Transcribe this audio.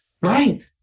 Right